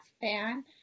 fan